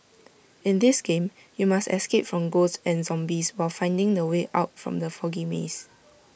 in this game you must escape from ghosts and zombies while finding the way out from the foggy maze